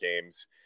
games